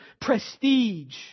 prestige